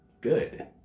good